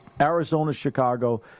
Arizona-Chicago